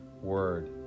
word